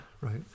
Right